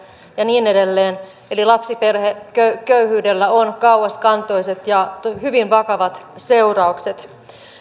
ja niin edelleen eli lapsiperheköyhyydellä on kauaskantoiset ja hyvin vakavat seuraukset